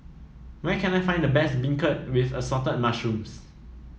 where can I find the best beancurd with Assorted Mushrooms